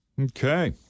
Okay